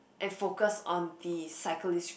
and focus on the cyclist group